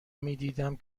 میدیدم